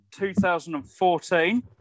2014